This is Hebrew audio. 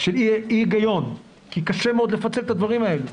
אי הגיון, כי קשה מאוד לפצל את הדברים האלה.